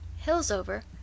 Hillsover